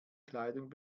kleidung